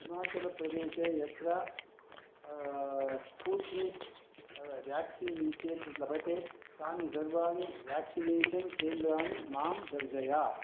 हिमाचलप्रदेशे यत्र Sputnik vaccine इत्येतत् लभते तानि सर्वाणि व्याक्सिनेषन् केन्द्राणि मां दर्शय